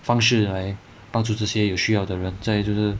方式来帮助这些有需要的人再就是